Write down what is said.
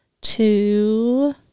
two